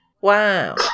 wow